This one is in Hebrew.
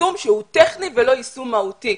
יישום שהוא טכני ולא יישום מהותי.